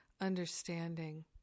Understanding